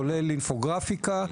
כולל אינפוגרפיקה,